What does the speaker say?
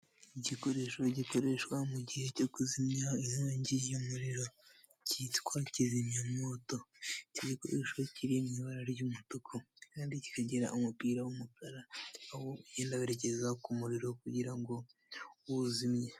Igikoresho gikoreshwa mu gihe cyo kuzimya inkongi y'umuriro, cyitwa kizimyamwoto, iki gikoresho kiri mu ibara ry'umutuku kandi kikagira umupira w'umukara, niwo ugenda werekeza ku muriro kugira ngo uwuzimye.